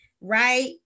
right